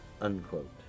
unquote